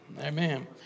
Amen